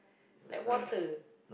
like water